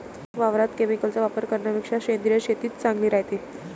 वावरात केमिकलचा वापर करन्यापेक्षा सेंद्रिय शेतीच चांगली रायते